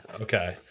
Okay